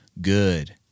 good